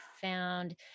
found